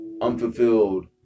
unfulfilled